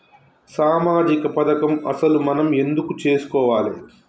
సామాజిక పథకం అసలు మనం ఎందుకు చేస్కోవాలే?